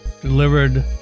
delivered